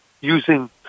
using